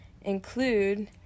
include